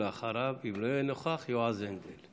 ואחריו, אם יהיה נוכח, יועז הנדל.